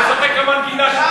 לשחק על המנגינה,